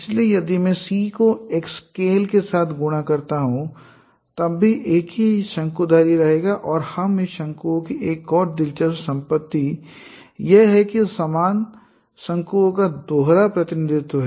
इसलिए यदि मैं C को एक स्केल k के साथ गुणा करता हूं तब भी यह एक ही शंकुधारी रहेगा और इस शंकुओं की एक और दिलचस्प संपत्ति यह है कि समान शंकुओं का दोहरा प्रतिनिधित्व है